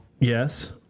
Yes